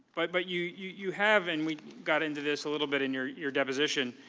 but but you you have and we got into this a little bit in your your deposition,